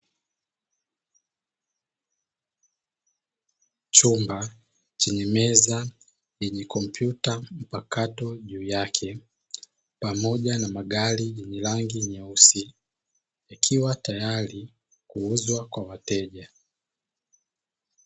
Chumba chenye meza, yenye komputa mpakato juu yake , pamoja na magari yenye rangi nyeusi ikiwa tayari kuuzwa kwa wateja .